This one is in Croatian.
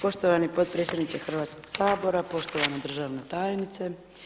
Poštovani podpredsjedniče Hrvatskog sabora, poštovana državna tajnice.